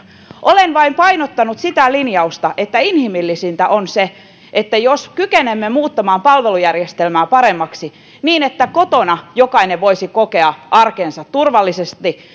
olen vain painottanut sitä linjausta että inhimillisintä on se jos kykenemme muuttamaan palvelujärjestelmää paremmaksi niin että kotona jokainen voisi kokea arkensa turvalliseksi